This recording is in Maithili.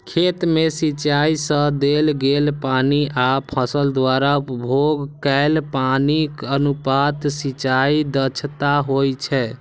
खेत मे सिंचाइ सं देल गेल पानि आ फसल द्वारा उपभोग कैल पानिक अनुपात सिंचाइ दक्षता होइ छै